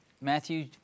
Matthew